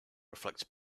reflects